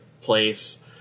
place